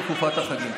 בתקופת החגים.